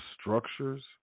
structures